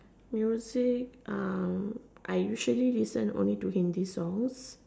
music I usually listen only to Hindi songs